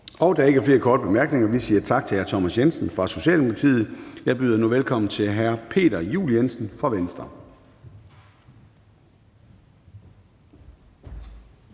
Der er ikke flere korte bemærkninger. Vi siger tak til hr. Thomas Jensen fra Socialdemokratiet. Jeg byder nu velkommen til hr. Peter Juel-Jensen fra Venstre.